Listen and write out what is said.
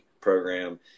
program